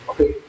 Okay